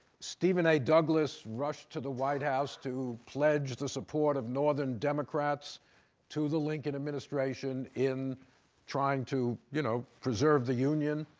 stephen a. douglas rushed to the white house to pledge the support of northern democrats to the lincoln administration in trying to, you know, preserve the union.